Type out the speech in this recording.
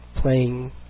playing